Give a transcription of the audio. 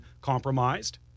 compromised